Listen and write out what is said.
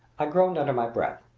i groaned under my breath.